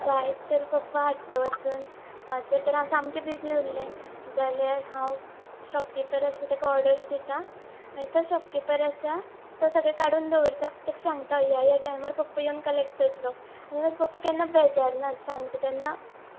जाय तर पप्पा हाडटा वचून जर तर हांव सामकें बिजी उरले जाल्यार हांव शॉप कीपर आसा तेका ऑर्डर्स दिता मागीर तो शॉपकिपर आसा तो सगळे काडून दवरता तेका सांगता ह्या ह्या टायमार पप्पा येवन कलेक्ट करतलो आनी मागीर पप्पा केन्ना बेजारनात सांगता तेन्ना